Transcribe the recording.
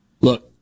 Look